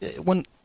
one